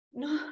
no